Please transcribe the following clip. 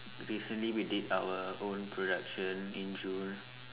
recently we did our own production in June